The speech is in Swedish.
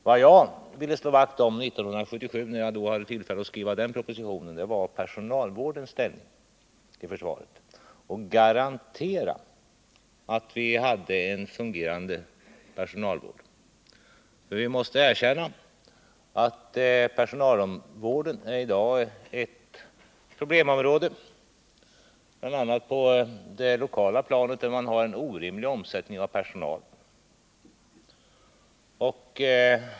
Vad jag ville slå vakt om när jag skrev propositionen 1977 var personalvårdens ställning i försvaret — jag ville garantera att vi hade en Vi måste erkänna att personalvården i dag är ett problemområde, bl.a. på det lokala planet, där man har en orimligt hög omsättning av personal.